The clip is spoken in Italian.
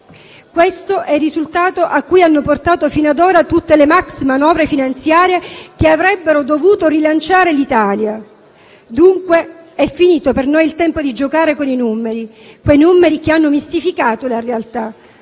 ereditato, il risultato a cui hanno portato finora tutte le maximanovre finanziarie che avrebbero dovuto rilanciare l'Italia. Dunque, è finito per noi il tempo di giocare con i numeri, quei numeri che hanno mistificato la realtà,